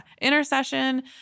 intercession